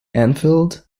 enfield